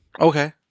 Okay